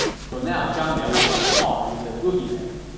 so now zhang liao was on par with the boogeyman.